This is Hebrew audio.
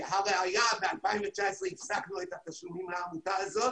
הראיה שב-2019 הפסקנו את התשלומים לעמותה הזאת